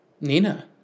Nina